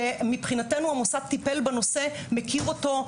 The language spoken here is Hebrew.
שמבחינתנו המוסד טיפל בנושא ומכיר אותו.